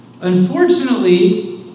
Unfortunately